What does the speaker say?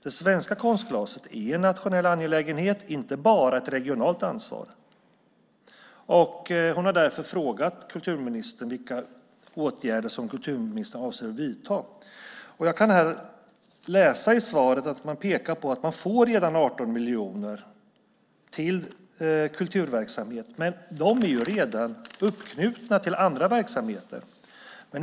Det svenska konstglaset är en nationell angelägenhet, inte bara ett regionalt ansvar. Hon har därför frågat kulturministern vilka åtgärder som kulturministern avser att vidta. I svaret pekas det på att man redan får 18 miljoner till kulturverksamhet, men de är ju redan uppknutna till andra verksamheter.